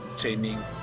training